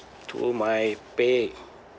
through my pay